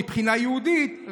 מבחינה יהודית,